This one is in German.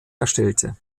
erstellte